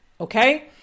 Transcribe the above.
Okay